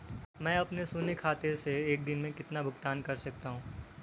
मैं अपने शून्य खाते से एक दिन में कितना भुगतान कर सकता हूँ?